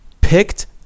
picked